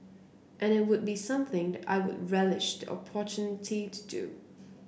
and it would be something that I would relish the opportunity to do